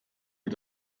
wir